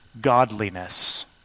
godliness